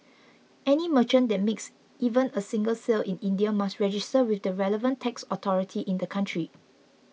any merchant that makes even a single sale in India must register with the relevant tax authority in the country